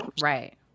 Right